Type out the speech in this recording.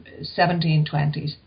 1720s